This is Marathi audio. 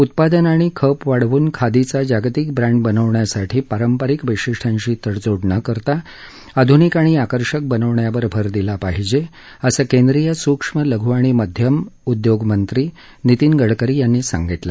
उत्पादन आणि खप वाढवून खादीचा जागतिक ब्रॅन्ड बनवण्यासाठी पारंपरिक वैशिष्ट्यांशी तडजोड न करता आधुनिक आणि आकर्षक बनवण्यावर भर दिला पाहिजे असं केंद्रीय सूक्ष्म लघु आणि मध्यम उद्योग मंत्री नितीन गडकरी यांनी सांगितलं